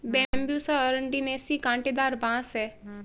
Bambusa अरंडिनेसी काँटेदार बाँस है